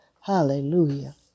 Hallelujah